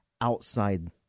outside